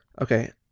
Okay